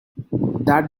that